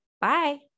Bye